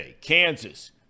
Kansas